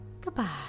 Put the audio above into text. goodbye